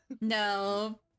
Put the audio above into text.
No